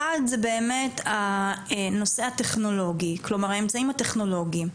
אחד זה הנושא הטכנולוגי, האמצעים הטכנולוגיים,